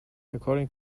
according